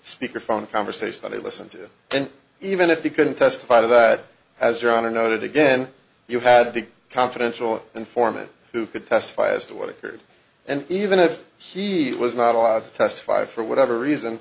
speaker phone conversation that he listened to and even if he couldn't testify to that as your honor noted again you had the confidential informant who could testify as to what occurred and even if he was not allowed to testify for whatever reason